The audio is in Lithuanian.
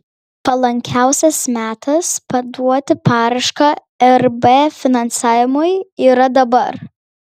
palankiausias metas paduoti paraišką rb finansavimui yra dabar